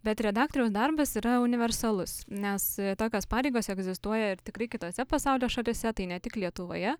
bet redaktoriaus darbas yra universalus nes tokios pareigos egzistuoja ir tikrai kitose pasaulio šalyse tai ne tik lietuvoje